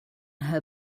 her